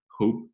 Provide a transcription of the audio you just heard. hope